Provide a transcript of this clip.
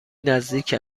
نزدیک